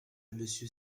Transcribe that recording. monsieur